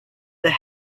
the